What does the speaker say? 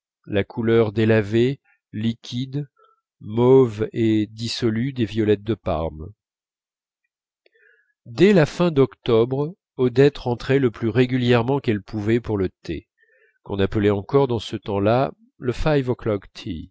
la couleur délavée liquide mauve et dissolue des violettes de parme dès la fin d'octobre odette rentrait le plus régulièrement qu'elle pouvait pour le thé qu'on appelait encore dans ce temps-là le